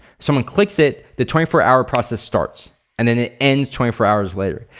someone clicks it, the twenty four hour process starts and then it ends twenty four hours later.